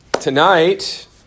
tonight